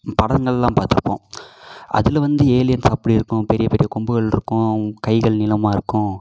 படங்களெலாம் பார்த்துருப்போம் அதில் வந்து ஏலியன்ஸ் அப்படி இருக்கும் பெரிய பெரிய கொம்புகள் இருக்கும் அவங்க கைகள் நீளமாக இருக்கும்